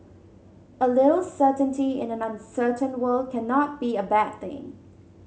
a little certainty in an uncertain world cannot be a bad thing